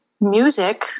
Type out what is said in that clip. music